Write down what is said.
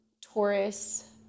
Taurus